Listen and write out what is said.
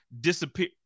disappear